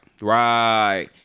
Right